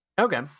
okay